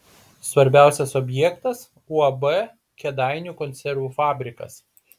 svarbiausias objektas uab kėdainių konservų fabrikas